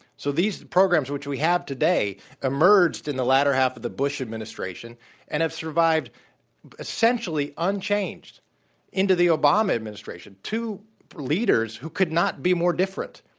so these programs which we have today emerged in the latter half of the bush administration and have survived essentially unchanged into the obama administration, two leaders who could not be more different.